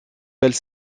belle